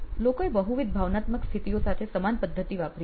લોકોએ બહુવિધ ભાવનાત્મક સ્થિતિઓ સાથે સમાન પદ્ધતિ વાપરી છે